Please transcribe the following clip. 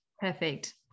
Perfect